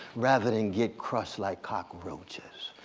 rather than get crushed like cockroaches.